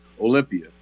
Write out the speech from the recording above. Olympia